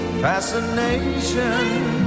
fascination